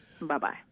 Bye-bye